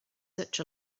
such